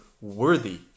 worthy